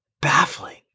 Baffling